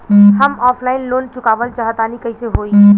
हम offline loan चुकावल चाहऽ तनि कइसे होई?